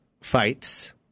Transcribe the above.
fights